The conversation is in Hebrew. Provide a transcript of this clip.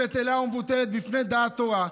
בטלה ומבוטלת בפני דעת תורה.